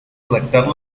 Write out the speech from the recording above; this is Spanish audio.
adaptar